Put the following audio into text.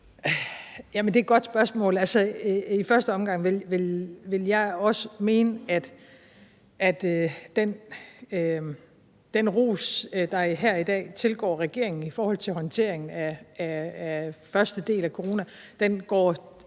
Det er et godt spørgsmål. I første omgang vil jeg også mene, at den ros, der her i dag tilgår regeringen, i forhold til håndteringen af første del af corona, for